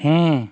ᱦᱮᱸ